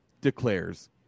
declares